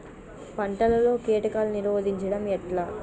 పంటలలో కీటకాలను నిరోధించడం ఎట్లా?